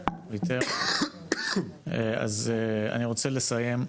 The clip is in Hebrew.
אני רוצה לסיים.